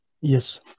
Yes